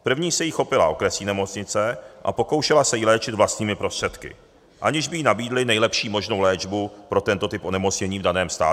První se jí chopila okresní nemocnice a pokoušela se ji léčit vlastními prostředky, aniž by jí nabídli nejlepší možnou léčbu pro tento typ onemocnění v daném stadiu.